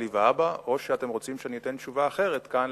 והבה או שאתם רוצים שאני אתן תשובה אחרת כאן